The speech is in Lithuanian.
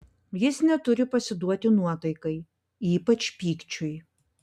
jis neturi pasiduoti nuotaikai ypač pykčiui